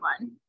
one